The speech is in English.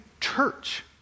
church